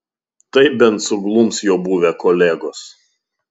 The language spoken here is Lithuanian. tai bent suglums jo buvę kolegos